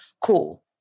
Cool